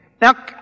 Now